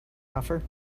offer